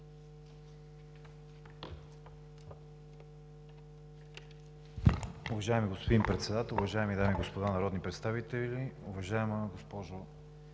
уважаеми господин Председател. Уважаеми госпожи и господа народни представители! Уважаеми господин